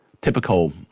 typical